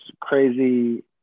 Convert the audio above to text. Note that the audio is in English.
crazy